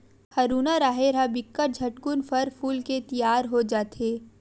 हरूना राहेर ह बिकट झटकुन फर फूल के तियार हो जथे